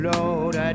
Lord